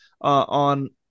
on